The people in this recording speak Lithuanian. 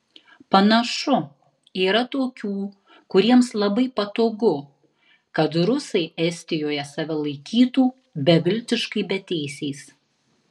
panašu yra tokių kuriems labai patogu kad rusai estijoje save laikytų beviltiškai beteisiais